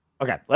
Okay